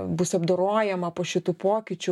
bus apdorojama po šitų pokyčių